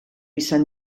izan